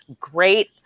great